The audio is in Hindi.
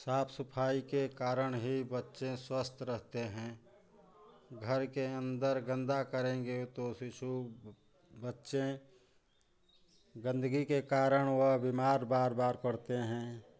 साफ सफाई के कारण ही बच्चे स्वस्थ रहते हैं घर के अंदर गंदा करेंगे तो शिशु बच्चे गंदगी के कारण वह बीमार बार बार पड़ते हैं